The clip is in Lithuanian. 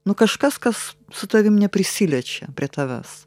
nu kažkas kas su tavim neprisiliečia prie tavęs